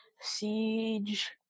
Siege